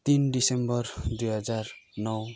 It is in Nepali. तिन डिसेम्बर दुई हजार नौ